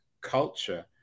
culture